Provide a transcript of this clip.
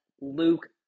Luke